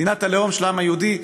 מדינת הלאום של העם היהודי,